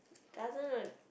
doesn't a